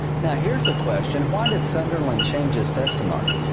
now here's a question, why did sunderland change his testimony?